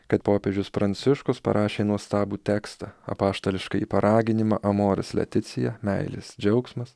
kad popiežius pranciškus parašė nuostabų tekstą apaštališkąjį paraginimą amoris leticija meilės džiauksmas